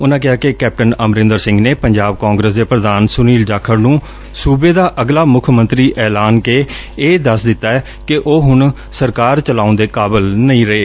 ਉਨਾਂ ਕਿਹਾ ਕਿ ਕੈਪਟਨ ਅਮਰਿੰਦਰ ਸਿੰਘ ਨੇ ਪੰਜਾਬ ਕਾਂਗਰਸ ਦੇ ਪ੍ਰਧਾਨ ਸੁਨੀਲ ਜਾਖੜ ਨੂੰ ਸੁਬੇ ਦਾ ਅਗਲ ਮੁੱਖ ਮੰਤਰੀ ਐਲਾਨ ਕੇ ਇਹ ਦੱਸ ਦਿੱਤਾ ਕਿ ਉਹ ਹੁਣ ਸਰਕਾਰ ਚਲਾਉਣ ਦੇ ਕਾਬਿਲ ਨਹੀਂ ਰਹੇ